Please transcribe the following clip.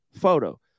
photo